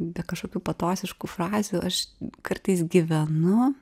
be kažkokių patosiškų frazių aš kartais gyvenu